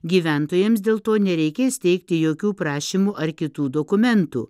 gyventojams dėl to nereikės teikti jokių prašymų ar kitų dokumentų